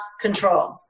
control